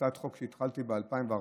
הצעת חוק שהתחלתי ב-2014,